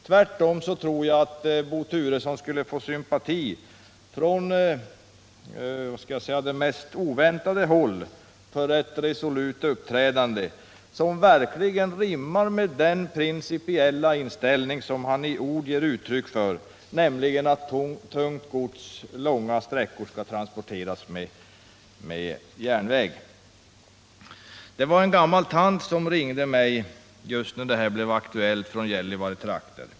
Tvärtom tror jag att Bo Turesson skulle få sympati från de mest oväntade håll för ett resolut uppträdande, som verkligen rimmar med den principiella inställning han i ord ger uttryck för, nämligen att tungt gods på långa sträckor skall transporteras med järnväg. En gammal tant i Gällivaretrakten ringde mig just när denna fråga blev aktuell.